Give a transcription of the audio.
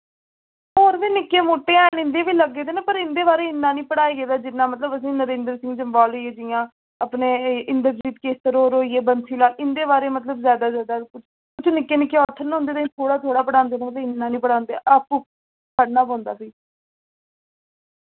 होर बी निक्के मुट्टे हैन इ'न्दे बी लग्गे देन पर इं'दे बारे इन्ना निं पढ़ाया गेदा जिन्ना मतलब असें गी नरेंद्र सिंह जम्वाल होई ए जि'यां अपने एह् इंद्रजीत केसर होर होई ए बंसी लाल इं'दे बारे मतलब जैदा जैदा कुछ निक्के निक्के आथर न उं'दे ताईं थोह्ड़ा थोह्ड़ा पढ़ांदे न ओह् ते इन्ना निं पढ़ांदे आपूं पढ़ना पौंदा फ्ही